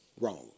wrong